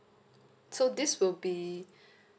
so this will be